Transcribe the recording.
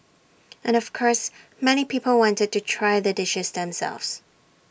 and of course many people wanted to try the dishes themselves